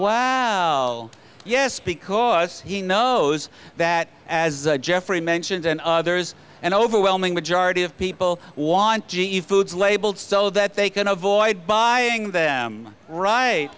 was yes because he knows that as jeffrey mentioned and others an overwhelming majority of people want g e foods labeled so that they can avoid buying them right